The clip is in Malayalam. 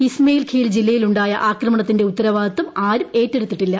ഇസ്മെയിൽ ഖേൽ ജില്ലയിലുണ്ടായ ആക്രമണത്തിന്റെ ഉത്തരവാദിത്തം ആരും ഏറ്റെടുത്തിട്ടില്ല